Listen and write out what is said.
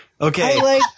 Okay